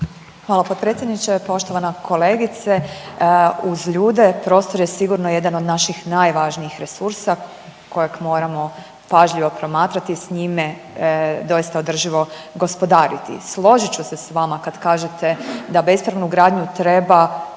Hvala potpredsjedniče. Poštovana kolegice, uz ljude prostor je sigurno jedan od naših najvažnijih resursa kojeg moramo pažljivo promatrati, s njime doista održivo gospodariti. Složit ću se s vama kad kažete da bespravnu gradnju treba